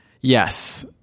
yes